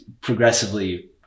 progressively